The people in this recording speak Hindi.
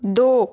दो